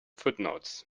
footnotes